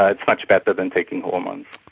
ah it's much better than taking hormones.